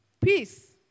peace